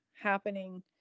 happening